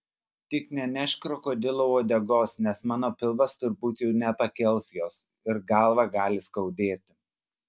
tik nenešk krokodilo uodegos nes mano pilvas turbūt jau nepakels jos ir galvą gali skaudėti